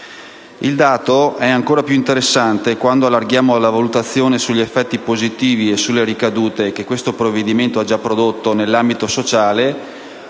Il dato è ancora più interessante quando allarghiamo la valutazione sugli effetti positivi e sulle ricadute che questo provvedimento ha già prodotto nell'ambito sociale,